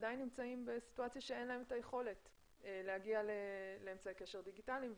עדיין נמצאים בסיטואציה שאין להן את היכולת להגיע לאמצעי קשר דיגיטליים.